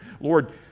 Lord